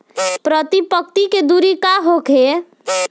प्रति पंक्ति के दूरी का होखे?